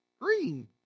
green